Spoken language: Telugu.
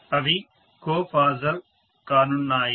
అవి కో ఫాసల్ కానున్నాయి